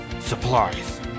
supplies